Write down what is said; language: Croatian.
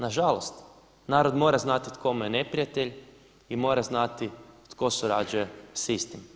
Nažalost, narod mora znati tko mu je neprijatelj i mora znati tko surađuje sa istim.